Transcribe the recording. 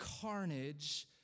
carnage